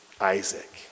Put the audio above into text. Isaac